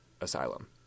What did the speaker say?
Asylum